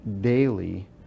daily